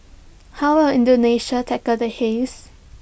how will Indonesia tackle the haze